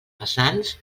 pesants